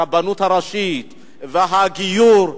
הרבנות הראשית והגיור,